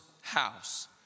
house